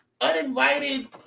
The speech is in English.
uninvited